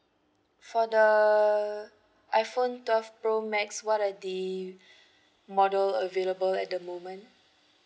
for the iphone twelve pro max what are the model available at the moment